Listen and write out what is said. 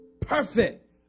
perfect